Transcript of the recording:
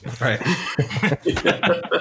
Right